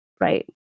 right